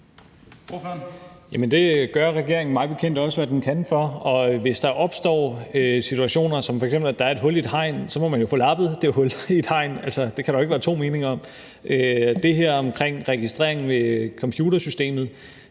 det gør regeringen mig bekendt også hvad den kan for. Hvis der opstår situationer, f.eks. at der er et hul i et hegn, må man jo få lappet det hul i hegnet – det kan der jo ikke være to meninger om. I forhold til det her med registrering ved computersystemet